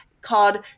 called